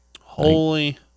Holy